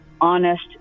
honest